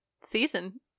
season